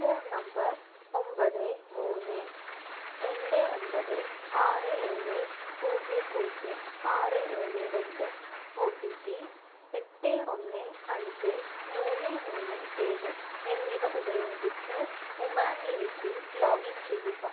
phone number ഒമ്പത് മോൺ രണ്ട് ഒൻപത് ആറ് ഏഴ് പൂജ്യം പൂജ്യം ആറ് ഏഴ് രണ്ട് ഒ ടി പി എട്ട് ഒന്ന് അഞ്ച് മൂന്ന് മൂന്ന് ഏഴ് എന്നിവ ഉപയോഗിച്ച് ഉമാംഗിലേക്ക് ലോഗിൻ ചെയ്യുക